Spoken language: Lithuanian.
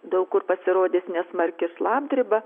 daug kur pasirodys nesmarki šlapdriba